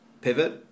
pivot